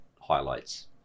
highlights